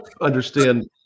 understand